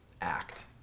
act